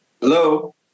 Hello